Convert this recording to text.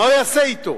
מה הוא יעשה אתו?